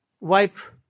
wife